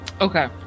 Okay